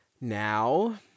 now